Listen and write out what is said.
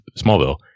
Smallville